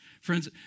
Friends